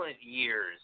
years